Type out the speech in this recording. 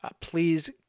please